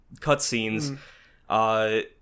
cutscenes